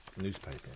newspaper